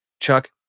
Chuck